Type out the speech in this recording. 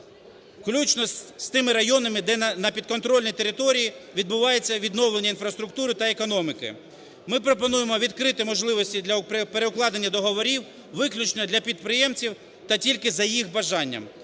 включно з тими районами, де на підконтрольній території відбувається відновлення інфраструктури та економіки. Ми пропонуємо відкрити можливості для переукладання договорів виключно для підприємців та тільки за їх бажанням.